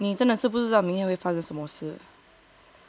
ya that is 你真的是不知道明天会发生什么事